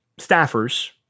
staffers